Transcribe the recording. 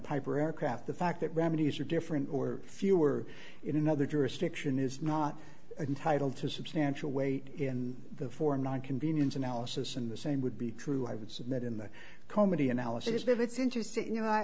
piper aircraft the fact that remedies are different or fewer in another jurisdiction is not entitle to substantial weight in the form nine convenience analysis and the same would be true i would submit in the comedy analysis but it's interesting you know i